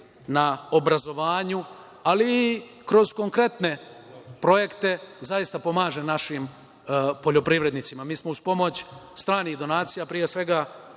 na obrazovanju, ali i kroz konkretne projekte zaista pomaže našim poljoprivrednicima. Mi smo uz pomoć stranih donacija, pre svega